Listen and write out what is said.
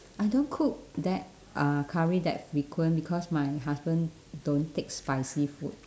I don't cook that uh curry that frequent because my husband don't take spicy food